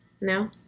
No